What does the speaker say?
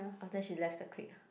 orh then she left the clique